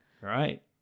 Right